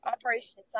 Operation